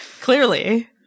Clearly